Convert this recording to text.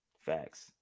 facts